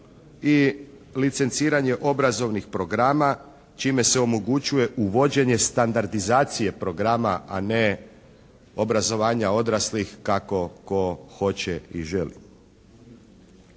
i licenciranje obrazovnih programa čime se omogućuje uvođenje standardizacije programa, a ne obrazovanja odraslih kako ko' hoće i želi.